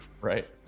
Right